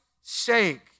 sake